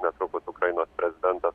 netrukus ukrainos prezidentas